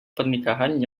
pernikahan